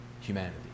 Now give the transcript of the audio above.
humanity